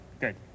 good